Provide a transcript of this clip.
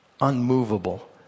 unmovable